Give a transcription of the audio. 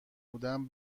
بودم